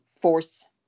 force